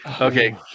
Okay